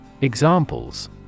Examples